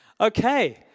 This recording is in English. Okay